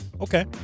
Okay